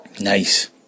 Nice